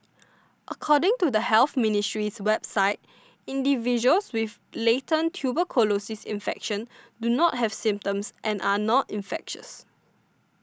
according to the Health Ministry's website individuals with latent tuberculosis infection not have symptoms and are not infectious